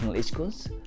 schools